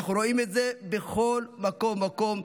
אנחנו רואים את זה בכל מקום ומקום,